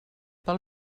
pel